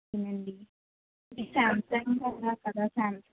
ఉన్నాయండి సామ్సంగ్ ఉన్నాయి కదా సామ్సంగ్